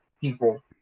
people